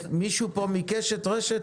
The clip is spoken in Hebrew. מישהו מקשת, רשת